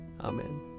Amen